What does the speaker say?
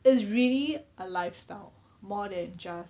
is really a lifestyle more than just